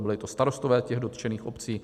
Byli to starostové těch dotčených obcí.